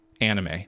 anime